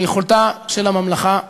ליכולתה של הממלכה להתקיים.